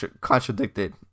contradicted